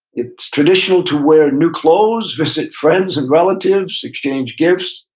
it's traditional to wear new clothes, visit friends and relatives, exchange gifts,